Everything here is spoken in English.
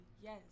yes